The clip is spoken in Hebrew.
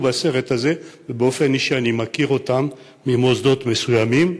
בסרט הזה ובאופן אישי אני מכיר אותם ממוסדות מסוימים,